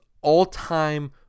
all-time